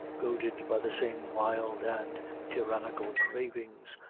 goaded by the same wild and tyrannical cravings,